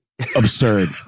Absurd